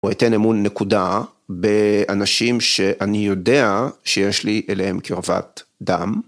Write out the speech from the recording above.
הוא יתן אמון נקודה באנשים שאני יודע שיש לי אליהם קרבת דם.